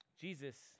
Jesus